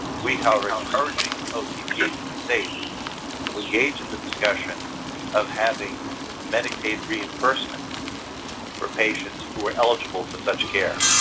we however are urging otps and states to engage in the discussion of having medicaid reimbursement for patients who are eligible for such care.